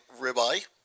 ribeye